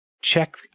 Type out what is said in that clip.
check